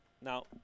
now